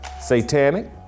satanic